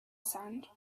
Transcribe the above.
sand